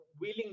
willing